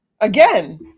Again